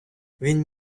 він